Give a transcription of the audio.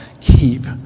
keep